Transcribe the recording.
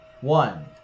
one